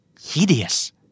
Hideous